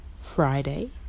Friday